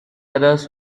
others